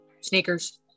Sneakers